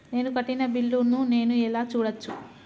నేను కట్టిన బిల్లు ను నేను ఎలా చూడచ్చు?